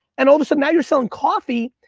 and, all of a sudden, now you're selling coffee,